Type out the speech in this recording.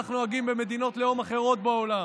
כך נוהגים במדינות לאום אחרות בעולם.